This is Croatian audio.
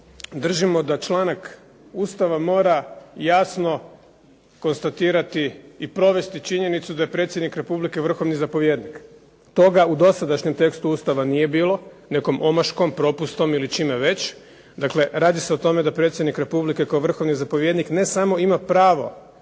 držimo da članak Ustava mora jasno konstatirati i provesti činjenicu da je predsjednik Republike vrhovni zapovjednik. Toga u dosadašnjem tekstu Ustava nije bilo, nekom omaškom, propustom ili čime već. Dakle radi se o tome da predsjednik Republike kao vrhovni zapovjednik ne samo ima pravo